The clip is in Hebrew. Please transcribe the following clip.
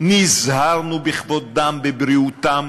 נזהרנו בכבודם, בבריאותם